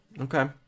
okay